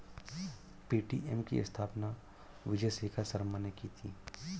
Paytm की स्थापना विजय शेखर शर्मा ने की थी